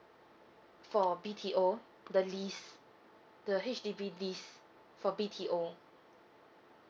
for B_T_O the lease the H_D_B lease for B_T_O